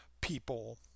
people